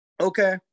Okay